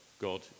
God